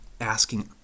asking